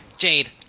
Jade